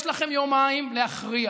יש לכם יומיים להכריח,